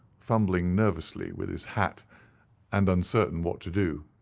fumbling nervously with his hat and uncertain what to do.